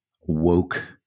woke